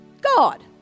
God